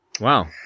Wow